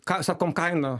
ką sakome kainą